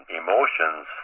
emotions